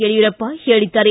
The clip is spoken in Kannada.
ಯಡಿಯೂರಪ್ಪ ಹೇಳಿದ್ದಾರೆ